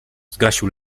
zgasił